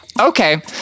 Okay